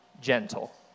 gentle